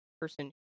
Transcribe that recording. person